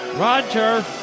Roger